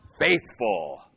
faithful